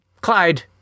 Clyde